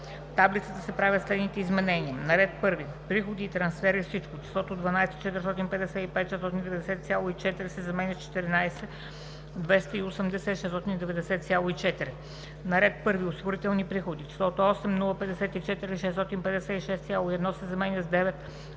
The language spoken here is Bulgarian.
таблицата се правят следните изменения: